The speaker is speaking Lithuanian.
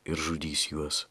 ir žudys juos